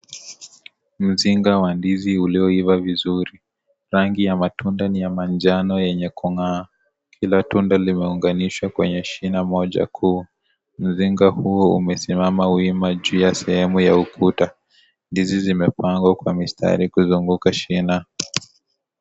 Mzinga wa ndizi ulioiva vizuri, rangi ya matunda ni ya manjano yenye kungaa, kila tunda limeunganishwa kwenye shina moja kuu, mzinga huo umesimama wima juu ya sehwmu ya ukuta. Ndizi zimepangwa kwa mistari kuzunguka shina.